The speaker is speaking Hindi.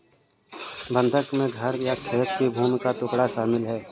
बंधक में घर या खेत की भूमि का टुकड़ा शामिल है